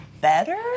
Better